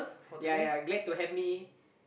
ya ya glad to have me